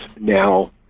now